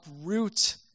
uproot